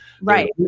right